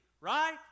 Right